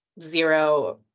zero